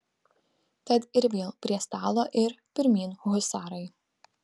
tad ir vėl prie stalo ir pirmyn husarai